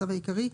הצו העיקרי),